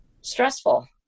stressful